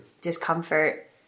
discomfort